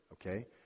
Okay